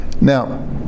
Now